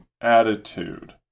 attitude